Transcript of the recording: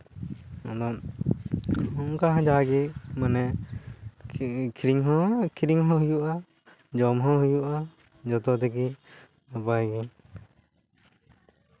ᱮᱵᱚᱝ ᱚᱝᱠᱟ ᱡᱟᱜᱮ ᱢᱟᱱᱮ ᱟᱹᱠᱷᱨᱤᱧ ᱦᱚᱸ ᱦᱩᱭᱩᱜᱼᱟ ᱡᱚᱢ ᱦᱚᱸ ᱦᱩᱭᱩᱜᱼᱟ ᱡᱚᱛᱚ ᱛᱮᱜᱮ ᱱᱟᱯᱟᱭ ᱜᱮ